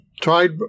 tried